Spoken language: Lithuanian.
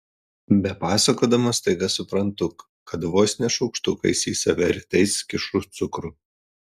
bepasakodama staiga suprantu kad vos ne šaukštukais į save rytais kišu cukrų